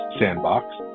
Sandbox